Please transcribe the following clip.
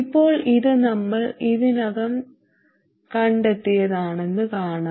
ഇപ്പോൾ ഇത് നമ്മൾ ഇതിനകം കണ്ടെത്തിയതാണെന്ന് കാണാം